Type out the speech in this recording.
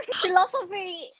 Philosophy